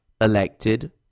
elected